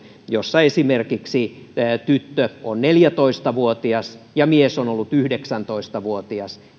joissa esimerkiksi tyttö on neljätoista vuotias ja mies on yhdeksäntoista vuotias